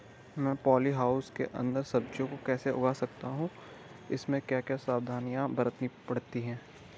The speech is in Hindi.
मैं पॉली हाउस के अन्दर सब्जियों को कैसे उगा सकता हूँ इसमें क्या क्या सावधानियाँ बरतनी पड़ती है?